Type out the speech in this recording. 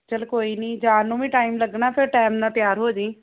ਚਲ ਕੋਈ ਨਹੀਂ ਜਾਣ ਨੂੰ ਵੀ ਟਾਈਮ ਲੱਗਣਾ ਫਿਰ ਟਾਈਮ ਨਾਲ ਤਿਆਰ ਹੋ ਜੀ